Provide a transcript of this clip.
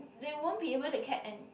they won't be able to care and